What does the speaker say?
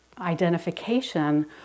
identification